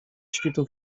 świtu